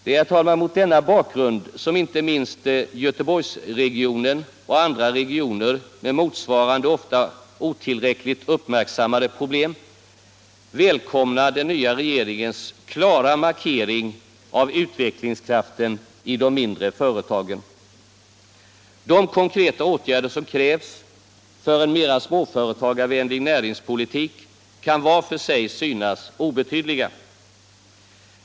Det är mot denna bakgrund som inte minst Göteborgsregionen och andra regioner med motsvarande, ofta otillräckligt uppmärksammade problem välkomnar den nya regeringens klara markering av utvecklingskraften i de mindre företagen. De konkreta åtgärder som krävs för en mera småföretagarvänlig näringspolitik kan var för sig synas obetydliga.